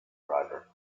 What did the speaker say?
driver